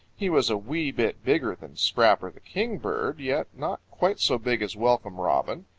he was a wee bit bigger than scrapper the kingbird, yet not quite so big as welcome robin,